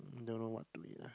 don't know what to eat ah